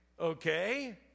okay